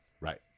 Right